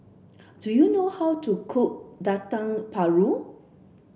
do you know how to cook Dendeng Paru